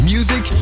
Music